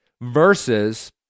versus